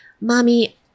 mommy